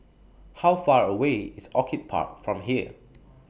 How Far away IS Orchid Park from here